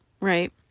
right